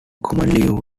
commonly